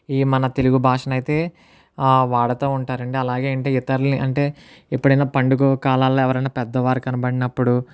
ఈ మన తెలుగు భాషనైతే వాడుతా ఉంటారండి అలాగే ఇంటి ఇతరులని అంటే ఎప్పుడైనా పండుగ కాలాల్లో ఎవరైనా పెద్ద వారు కనబడినప్పుడు